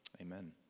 Amen